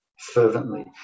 fervently